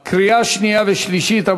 הוראת שעה) לקריאה שנייה ושלישית.